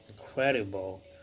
incredible